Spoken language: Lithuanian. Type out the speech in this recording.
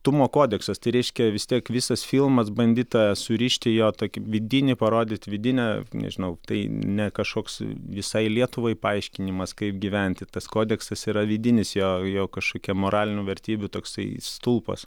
tumo kodeksas tai reiškia vis tiek visas filmas bandyta surišti jo tokį vidinį parodyti vidinę nežinau tai ne kažkoks visai lietuvai paaiškinimas kaip gyventi tas kodeksas yra vidinis jo jo kažkokia moralinių vertybių toksai stulpas